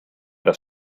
das